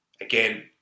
again